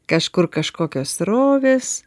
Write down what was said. kažkur kažkokios srovės